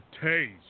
taste